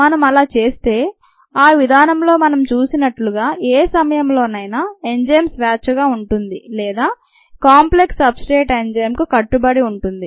మనం అలా చేస్తే ఆ విధానంలో మనం చూసినట్లుగా ఏ సమయంలోనైనా ఎంజైమ్ స్వేచ్ఛగా ఉంటుంది లేదా కాంప్లెక్స్ సబ్ స్ట్రేట్ ఎంజైమ్కు కట్టుబడి ఉంటుంది